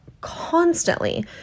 constantly